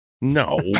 No